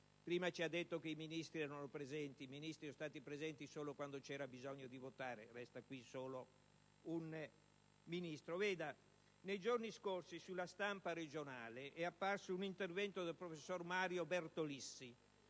Prima ci ha detto che i Ministri erano presenti: i Ministri sono stati presenti solo quando c'era bisogno di votare e resta qui solo un Ministro. Nei giorni scorsi sulla stampa regionale è apparso un intervento del professor Mario Bertolissi,